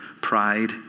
pride